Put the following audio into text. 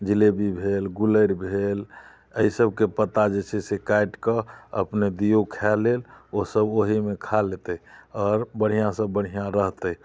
जिलेबी भेल गुल्लड़ि भेल अइ सबके पत्ता जे छै से काटिकऽ अपने दियौ खाय लेल ओ सब ओहीमे खा लेतै आओर बढ़िआँसँ बढ़िआँ रहतै